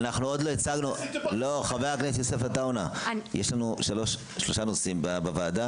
חבר הכנסת עטאונה, יש שלושה נושאים בדיון,